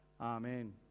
Amen